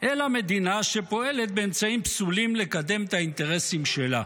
אלא מדינה שפועלת באמצעים פסולים לקדם את האינטרסים שלה.